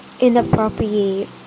inappropriate